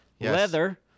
Leather